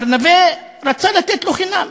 ארוונה רצה לתת לו חינם.